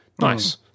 Nice